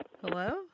Hello